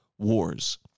wars